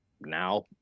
now